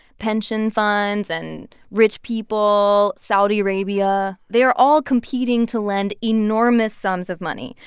pension funds and rich people, saudi arabia they are all competing to lend enormous sums of money,